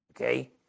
okay